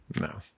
no